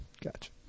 gotcha